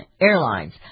Airlines